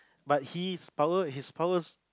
but his power his powers